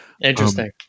interesting